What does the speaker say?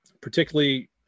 Particularly